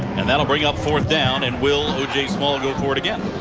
and that will bring up fourth down. and will o j. small go for it again?